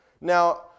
Now